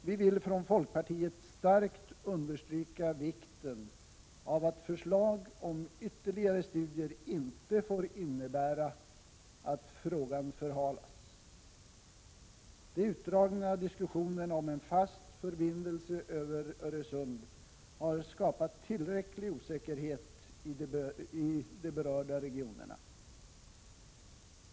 Vi vill från folkpartiets sida starkt understryka vikten av att förslag om ytterligare studier inte får innebära att frågan förhalas. De utdragna diskussionerna om en fast förbindelse över Öresund har skapat tillräcklig osäkerhet i de berörda regionerna.